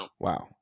Wow